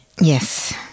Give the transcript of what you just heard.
Yes